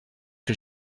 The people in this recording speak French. que